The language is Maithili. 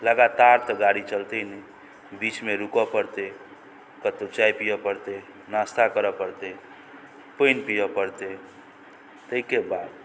लगातार तऽ गाड़ी चलतै नहि बीचमे रुकऽ पड़तै कतौ चाय पियऽ पड़तै नास्ता करऽ पड़तै पानि पियऽ पड़तै ताहिके बाद